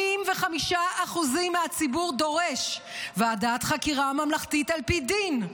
85% מהציבור דורשים ועדת חקירה ממלכתית על פי דין.